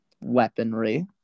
weaponry